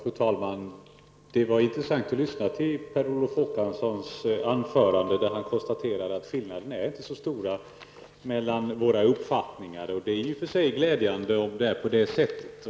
Fru talman! Det var intressant att lyssna till Per Olof Håkanssons anförande. Han konstaterar att skillnaderna inte är så stora mellan våra uppfattningar, och det är i och för sig glädjande om det är på detta sätt.